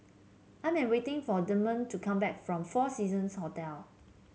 I'm waiting for Damian to come back from Four Seasons Hotel